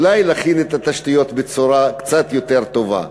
אולי להכין את התשתיות בצורה קצת יותר טובה,